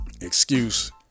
excuse